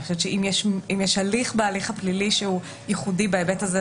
אני חושבת שאם יש הליך בהליך הפלילי שהוא ייחודי בהיבט הזה,